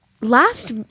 last